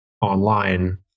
online